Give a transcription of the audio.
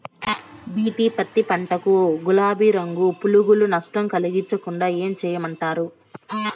BT పత్తి పంట కు, గులాబీ రంగు పులుగులు నష్టం కలిగించకుండా ఏం చేయమంటారు?